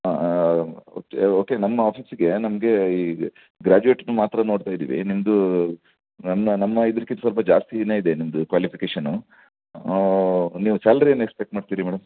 okay ನಮ್ಮ ಆಫೀಸಿಗೆ ನಮಗೆ ಈ ಗ್ರ್ಯಾಜುಯೆಟನ್ನು ಮಾತ್ರ ನೋಡ್ತಾ ಇದ್ದೀವಿ ನಿಮ್ಮದು ನಮ್ಮ ನಮ್ಮ ಇದಕ್ಕಿಂತ ಸ್ವಲ್ಪ ಜಾಸ್ತಿನೇ ಇದೆ ನಿಮ್ಮದು ಕ್ವಾಲಿಫಿಕೇಷನ್ ನೀವು ಸ್ಯಾಲರಿ ಏನು ಎಕ್ಸ್ಪೆಕ್ಟ್ ಮಾಡ್ತೀರಿ ಮೇಡಮ್